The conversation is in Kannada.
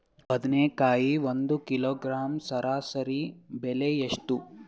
ಬದನೆಕಾಯಿ ಒಂದು ಕಿಲೋಗ್ರಾಂ ಸರಾಸರಿ ಬೆಲೆ ಎಷ್ಟು?